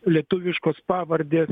lietuviškos pavardės